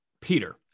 Peter